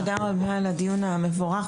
תודה רבה על הדיון המבורך.